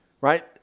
right